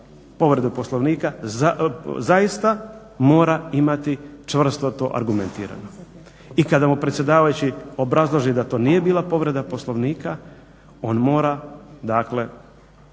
povredu Poslovnika zaista mora imati čvrsto to argumentirano i kada mu predsjedavajući obrazloži da to nije bila povreda Poslovnika on mora Odboru